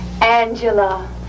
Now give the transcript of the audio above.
Angela